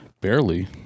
Barely